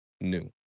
new